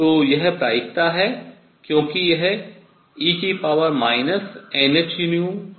तो यह प्रायिकता है क्योंकि यह e nhνkT के समानुपाती है